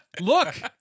Look